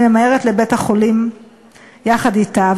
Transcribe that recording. ממהרת לבית-החולים יחד אתה.